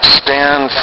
stand